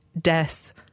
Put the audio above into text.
death